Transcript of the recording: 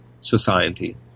society